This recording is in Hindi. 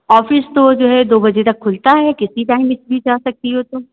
ऑफिस तो जो है दो बजे तक खुलता है कितनी टाइमिंग भी जा सकती हो तुम